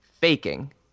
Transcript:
faking